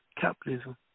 capitalism